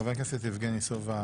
חבר הכנסת יבגני סובה